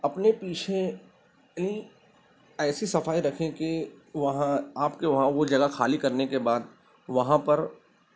اپنے پیچھے کی ایسی صفائی رکھیں کہ وہاں آپ کے وہاں وہ جگہ خالی کرنے کے بعد وہاں پر